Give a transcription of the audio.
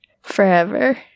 forever